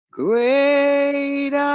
great